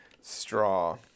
straw